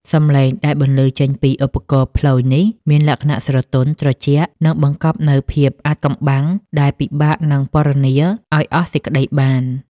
សម្លេងដែលបន្លឺចេញពីឧបករណ៍ផ្លយនេះ មានលក្ខណៈស្រទន់ ត្រជាក់ និងបង្កប់នូវភាពអាថ៌កំបាំងដែលពិបាកនឹងពណ៌នាឲ្យអស់សេចក្ដីបាន។